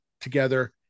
together